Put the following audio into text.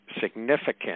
significant